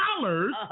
dollars